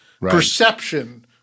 perception